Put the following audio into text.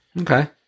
Okay